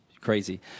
crazy